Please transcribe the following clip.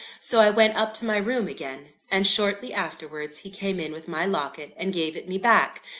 so i went up to my room again and shortly afterwards he came in with my locket, and gave it me back,